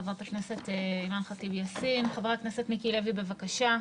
חבר הכנסת מיקי לוי, בבקשה.